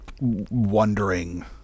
wondering